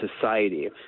society